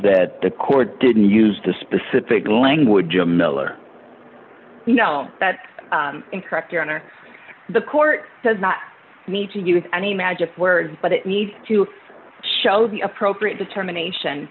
that the court didn't use the specific language of miller you know that in correct your honor the court does not need to give you any magic words but it needs to show the appropriate determination